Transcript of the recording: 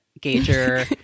Gager